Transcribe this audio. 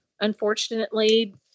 unfortunately